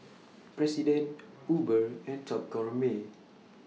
President Uber and Top Gourmet